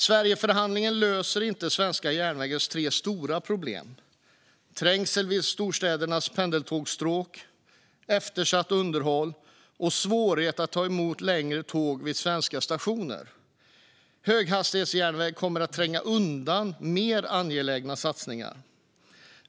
Sverigeförhandlingen löser inte svenska järnvägens tre stora problem, det vill säga trängsel i storstädernas pendeltågsstråk, eftersatt underhåll och svårigheter att ta emot längre tåg vid svenska stationer. Höghastighetsjärnväg kommer att tränga undan mer angelägna satsningar.